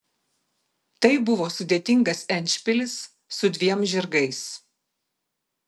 tai buvo sudėtingas endšpilis su dviem žirgais